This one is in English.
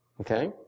Okay